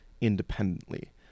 independently